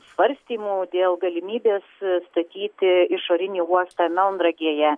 svarstymų dėl galimybės statyti išorinį uostą melnragėje